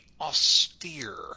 austere